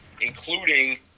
including